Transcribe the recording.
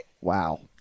Wow